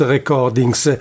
Recordings